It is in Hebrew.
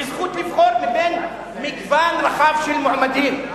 וזכות לבחור ממגוון רחב של מועמדים.